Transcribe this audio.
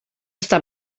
està